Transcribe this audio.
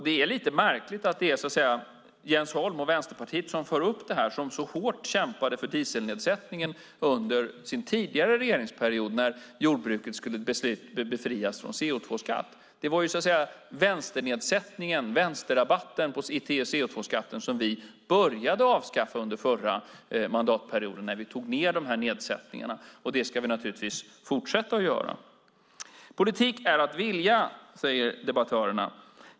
Det är lite märkligt att det är Jens Holm och Vänsterpartiet som för upp den här frågan som så hårt kämpade för dieselnedsättningen under tidigare regeringsperiod när jordbruket skulle befrias från CO2-skatt. Det var vänsterrabatten i CO2-skatten som vi började avskaffa under förra mandatperioden när vi tog ned de här nedsättningarna, och det ska vi naturligtvis fortsätta att göra. Politik är att vilja, säger debattörerna.